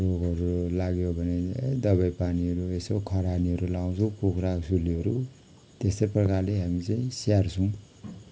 रोगहरू लाग्यो भने दबाई पानीहरू यसो खरानीहरू लगाउँछौँ कुखुराको सुलीहरू त्यस्तै प्रकारले हामी चाहिँ स्याहार्छौँ